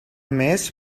més